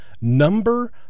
number